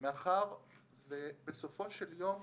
מאחר ובסופו של יום,